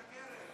את משקרת.